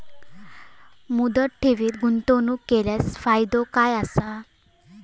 मुदत ठेवीत गुंतवणूक केल्यास फायदो काय आसा?